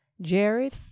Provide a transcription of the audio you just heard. jared